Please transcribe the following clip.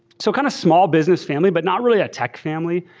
so kind of small business family but not really a tech family.